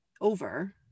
over